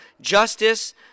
justice